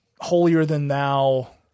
holier-than-thou